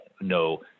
no